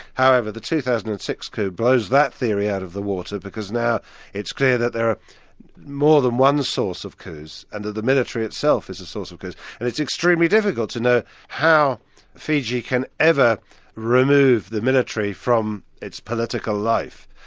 however, the two thousand and six coup blows that theory out of the water because now it's clear that there are more than one source of coups, and that the military itself is a source of coups. and it's extremely difficult to know how fiji can ever remove the military from its political life.